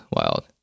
wild